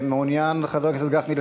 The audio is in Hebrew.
חבר הכנסת גפני,